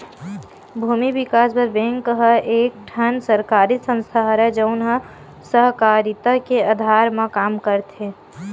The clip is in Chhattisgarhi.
भूमि बिकास बर बेंक ह एक ठन सरकारी संस्था हरय, जउन ह सहकारिता के अधार म काम करथे